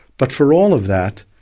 but for all of that,